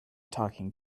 talking